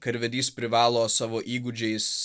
karvedys privalo savo įgūdžiais